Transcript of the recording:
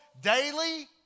daily